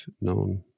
known